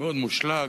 מאוד מושלג,